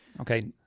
Okay